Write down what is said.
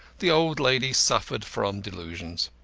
the old lady suffered from delusions.